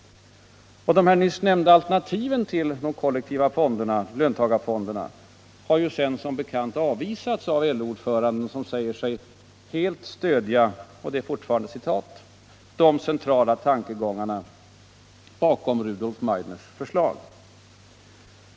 De nyss nämnda alternativen till löntagarfonderna har sedan som bekant avvisats av LO-ordföranden, som säger sig helt stödja ”de centrala tankegångarna bakom Rudolf Meidners förslag”.